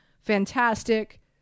fantastic